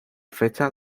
fecha